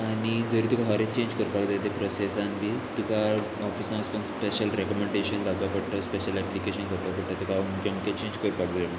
आनी जरी तुका खरेंच चेंज करपाक जाय ते प्रोसेसान बी तुका ऑफिसान वोन स्पेशल रेकमेंडेशन धावपा पडटा स्पेशल एप्लिकेशन जावपाक पडटा तुका हांव मुखे मुखे चेंज करपाक जाय